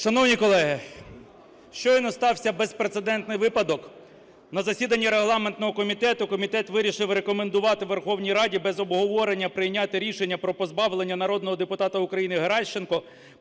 Шановні колеги, щойно стався безпрецедентний випадок. На засіданні регламентного комітету комітет вирішив рекомендувати Верховній Раді без обговорення прийняти рішення про позбавлення народного депутата України Геращенко